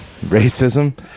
racism